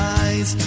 eyes